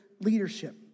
leadership